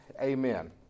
Amen